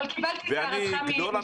קיבלתי את הערתך כבר